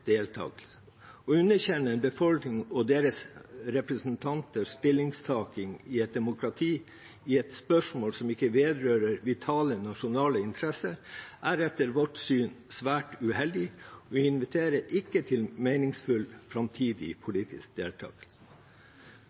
Å underkjenne en befolkning og dennes representanters stillingtaken i et demokrati i et spørsmål som ikke vedrører vitale nasjonale interesser, er etter vårt syn svært uheldig og inviterer ikke til meningsfull framtidig politisk deltakelse.